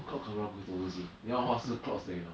clot kagura 不可以做东西你要的话是 clot 而已 lor